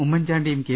ഉമ്മൻചാണ്ടിയും കെ